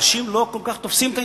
אנשים לא תופסים כל כך את העניין.